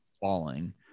falling